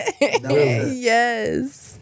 yes